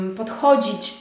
podchodzić